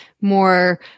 more